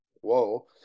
Whoa